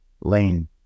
lane